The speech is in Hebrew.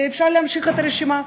ואפשר להמשיך את הרשימה,